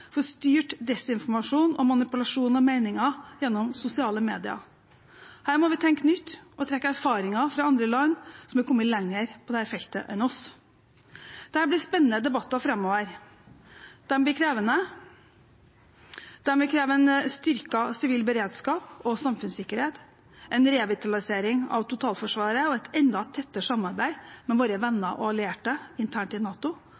for styrt desinformasjon og manipulasjon av meninger gjennom sosiale medier? Her må vi tenke nytt og trekke erfaringer fra andre land som er kommet lenger på dette feltet enn oss. Det blir spennende debatter framover. De blir krevende. De vil kreve en styrket sivil beredskap og samfunnssikkerhet, en revitalisering av totalforsvaret og et enda tettere samarbeid med våre venner og allierte internt i NATO